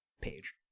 page